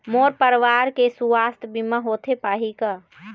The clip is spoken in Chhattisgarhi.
मोर परवार के सुवास्थ बीमा होथे पाही का?